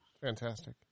Fantastic